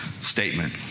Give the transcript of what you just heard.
statement